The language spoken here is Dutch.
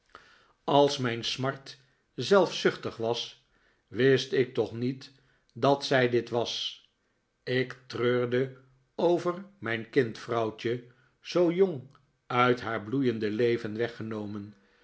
als mijn smart zelfzuchtig was wist ik toch niet dat zij dit was ik treurde over mijn kind vrouwtje zoo jong uit haar bloeiende leven weggenomen